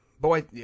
Boy